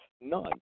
None